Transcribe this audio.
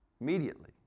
Immediately